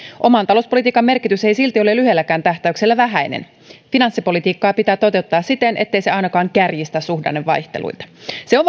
oman talouspolitiikan merkitys ei silti ole lyhyelläkään tähtäyksellä vähäinen finanssipolitiikkaa pitää toteuttaa siten ettei se ainakaan kärjistä suhdannevaihteluita se on